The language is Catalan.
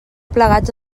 plegats